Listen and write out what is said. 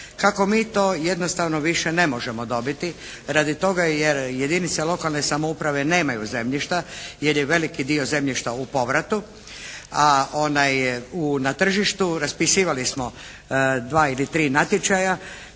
Kako mi to jednostavno više ne možemo dobiti radi toga jer jedinice lokalne samouprave nemaju zemljišta jer je veliki dio zemljišta u povratu, a na tražištu raspisivali smo dva ili tri natječaja